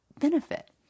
benefit